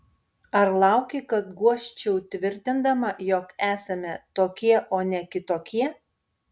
ar lauki kad guosčiau tvirtindama jog esame tokie o ne kitokie